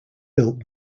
built